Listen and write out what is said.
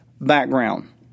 background